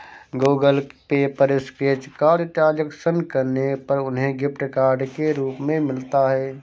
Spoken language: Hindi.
गूगल पे पर स्क्रैच कार्ड ट्रांजैक्शन करने पर उन्हें गिफ्ट कार्ड के रूप में मिलता है